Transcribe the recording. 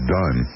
done